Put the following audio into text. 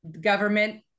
government